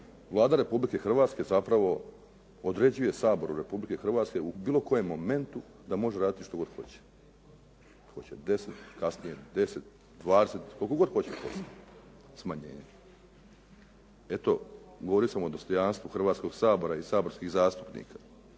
Vlada Republike Hrvatske zapravo određuje Saboru Republike Hrvatske u bilo kojem momentu da može raditi što god hoće. Hoće 10, kasnije 10, 20. Koliko god hoće posto smanjenja. Eto, govorio sam o dostojanstvu Hrvatskog sabora i saborskih zastupnika,